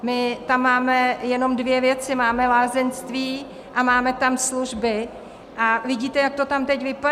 My tam máme jenom dvě věci, máme lázeňství a máme tam služby, a vidíte, jak to tam teď vypadá.